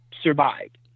survived